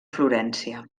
florència